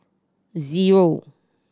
zero